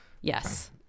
yes